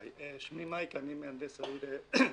שמי מייק, אני מהנדס העיר הרצליה,